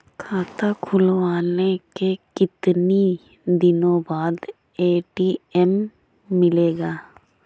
खाता खुलवाने के कितनी दिनो बाद ए.टी.एम मिलेगा?